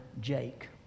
Jake